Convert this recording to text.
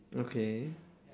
okay